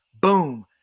boom